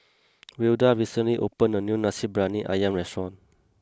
Wilda recently opened a new Nasi Briyani Ayam restaurant